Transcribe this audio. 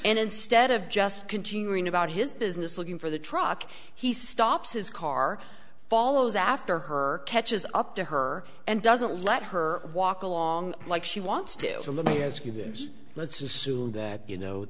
and instead of just continuing about his business looking for the truck he stops his car follows after her catches up to her and doesn't let her walk along like she wants to overlook i ask you this let's assume that you know